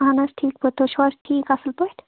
اَہَن حظ ٹھیٖک پٲٹھۍ تُہۍ چھُو حظ ٹھیٖک اصٕل پٲٹھۍ